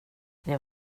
jag